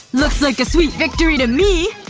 looks like sweet victory to me!